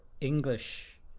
English